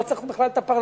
לא צריך בכלל את הפרלמנט.